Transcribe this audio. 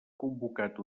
convocat